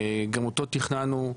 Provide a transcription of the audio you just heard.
גם אותו תכננו,